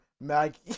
Maggie